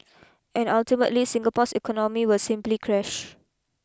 and ultimately Singapore's economy will simply crash